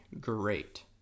great